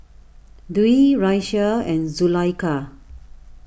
Dwi Raisya and Zulaikha